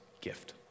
gift